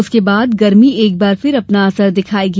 उसके बाद गर्मी एक बार फिर असर दिखायेगी